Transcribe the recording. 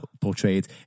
portrayed